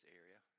area